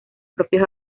propios